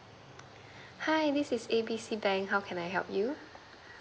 hi this is A B C bank how can I help you